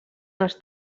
els